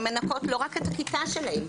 הן מנקות לא רק את הכיתה שלהן,